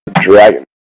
Dragon